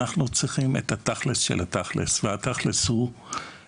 אנחנו צריכים את התכל'ס של התכל'ס והתכל'ס הוא אחד: